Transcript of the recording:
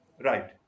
Right